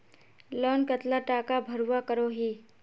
Loan कतला टाका भरवा करोही?